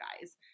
guys